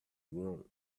want